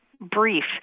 brief